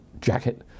jacket